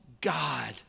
God